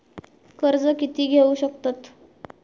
कर्ज कीती घेऊ शकतत?